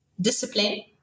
discipline